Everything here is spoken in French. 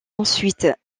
ensuite